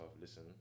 listen